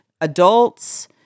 Adults